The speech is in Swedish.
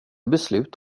beslut